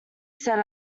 said